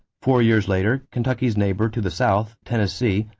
four years later, kentucky's neighbor to the south, tennessee,